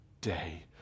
day